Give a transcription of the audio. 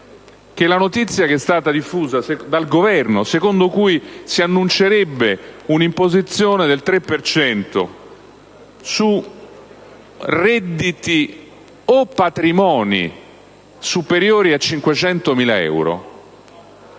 che la notizia diffusa dal Governo, secondo cui si annuncerebbe una imposizione del 3 per cento su redditi o patrimoni superiori a 500.000 euro,